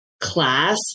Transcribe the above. class